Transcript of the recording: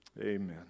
Amen